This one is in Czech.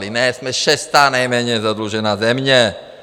Ne, jsme šestá nejméně zadlužená země.